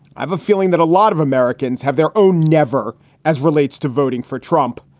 i have a feeling that a lot of americans have their own never as relates to voting for trump.